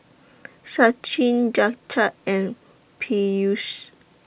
Sachin Jagat and Peyush